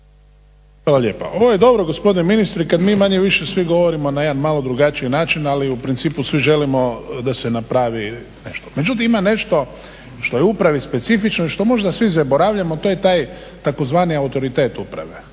Hvala lijepa. Ovo je dobro gospodine ministre kad mi manje-više svi govorimo na jedan malo drugačiji način ali u principu svi želimo da se napravi nešto. Međutim, ima nešto što je u upravi specifično i što možda svi zaboravljamo, a to taj tzv. autoritet uprave.